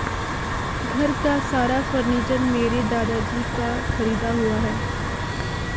घर का सारा फर्नीचर मेरे दादाजी का खरीदा हुआ है